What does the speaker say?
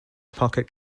pocket